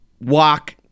Walk